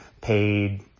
paid